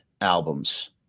albums